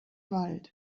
wald